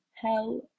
hell